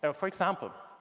so for example,